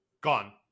gone